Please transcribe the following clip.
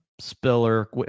Spiller